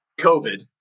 COVID